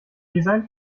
design